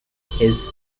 his